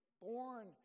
born